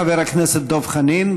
חבר הכנסת דב חנין,